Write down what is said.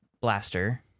blaster